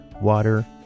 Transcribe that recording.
water